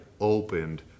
opened